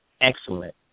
excellent